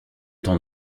tant